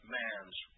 man's